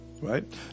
right